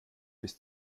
bis